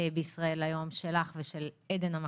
ב"ישראל היום" שלך ושל עדן המקסימה.